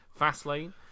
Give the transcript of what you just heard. Fastlane